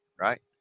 right